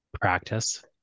practice